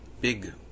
big